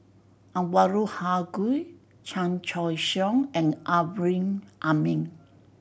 Anwarul Haque Chan Choy Siong and Amrin Amin